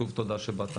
שוב, תודה שבאת.